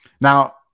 now